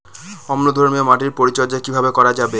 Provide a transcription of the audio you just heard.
অম্লধর্মীয় মাটির পরিচর্যা কিভাবে করা যাবে?